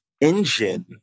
engine